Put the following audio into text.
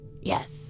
Yes